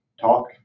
talk